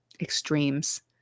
extremes